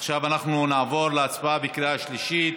עכשיו אנחנו נעבור להצבעה בקריאה שלישית.